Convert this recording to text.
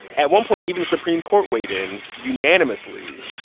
at one point, even the supreme court weighed in, unanimously,